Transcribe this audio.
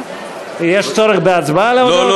תודה.